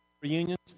Reunions